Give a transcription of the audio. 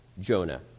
Jonah